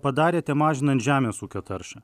padarėte mažinant žemės ūkio taršą